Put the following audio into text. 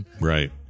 Right